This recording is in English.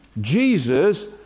Jesus